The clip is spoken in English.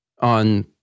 on